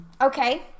Okay